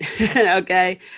okay